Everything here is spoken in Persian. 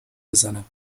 بزنم